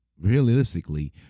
realistically